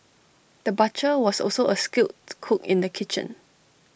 the butcher was also A skilled cook in the kitchen